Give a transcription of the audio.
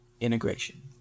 integration